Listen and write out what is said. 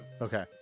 Okay